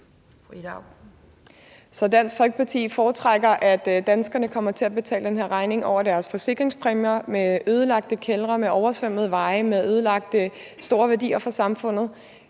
Dansk Folkeparti foretrækker, at danskerne kommer til at betale den her regning over deres forsikringspræmier med ødelagte kældre, med oversvømmede veje, med ødelæggelser for store værdier for samfundet.